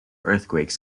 earthquakes